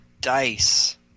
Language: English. dice